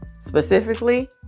specifically